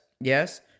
yes